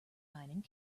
mining